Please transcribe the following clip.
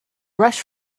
rush